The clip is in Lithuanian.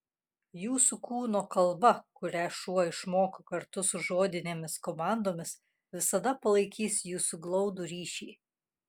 jūsų kūno kalba kurią šuo išmoko kartu su žodinėmis komandomis visada palaikys jūsų glaudų ryšį